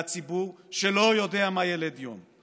והציבור שלא יודע מה ילד יום.